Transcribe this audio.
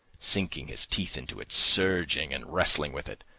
sinking his teeth into it, surging and wrestling with it.